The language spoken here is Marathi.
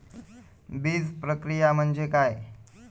बीजप्रक्रिया म्हणजे काय?